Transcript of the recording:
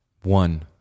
One